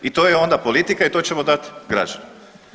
I to je onda politika i to ćemo dati građanima.